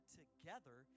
together